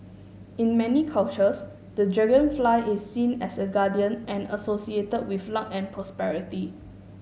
in many cultures the dragonfly is seen as a guardian and associated with luck and prosperity